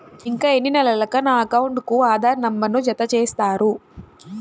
ఇంకా ఎన్ని నెలలక నా అకౌంట్కు ఆధార్ నంబర్ను జత చేస్తారు?